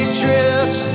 drifts